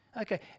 Okay